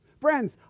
Friends